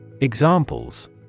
Examples